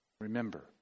Remember